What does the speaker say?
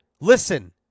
Listen